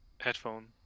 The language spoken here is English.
headphone